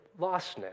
lostness